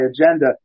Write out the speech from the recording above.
agenda